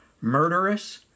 murderous